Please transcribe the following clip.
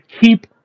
keep